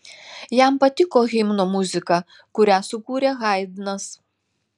jam patiko himno muzika kurią sukūrė haidnas